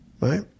Right